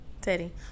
Teddy